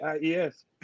Yes